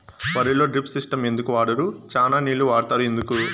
వరిలో drip system ఎందుకు వాడరు? చానా నీళ్లు వాడుతారు ఎందుకు?